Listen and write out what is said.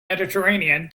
mediterranean